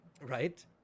Right